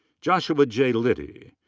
joshua j. liddy.